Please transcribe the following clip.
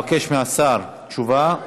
אבקש מהשר תשובה.